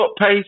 pace